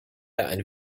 ein